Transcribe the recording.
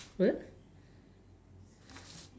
what